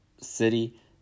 city